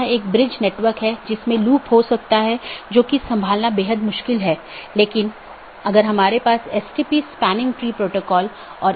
BGP निर्भर करता है IGP पर जो कि एक साथी का पता लगाने के लिए आंतरिक गेटवे प्रोटोकॉल है